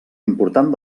important